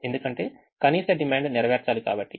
ఎందుకంటే కనీస డిమాండ్ నెరవేర్చాలి కాబట్టి